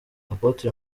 apôtre